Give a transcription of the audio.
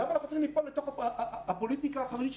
למה אנחנו צריכים ליפול אל תוך הפוליטיקה החרדית,